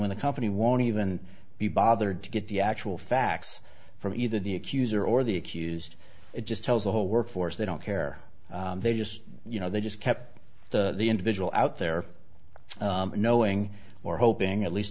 when the company won't even be bothered to get the actual facts from either the accuser or the accused it just tells the whole workforce they don't care they just you know they just kept the individual out there knowing or hoping at least